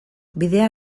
bidea